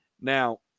Now